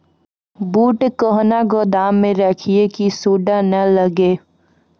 बूट कहना गोदाम मे रखिए की सुंडा नए लागे?